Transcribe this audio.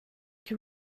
que